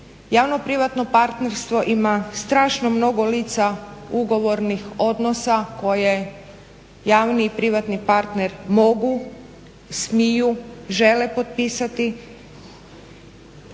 Javno privatno partnerstvo ima strašno mnogo lica ugovornih odnosa koje javni i privatni partner mogu, smiju, žele potpisati.